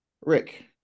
Rick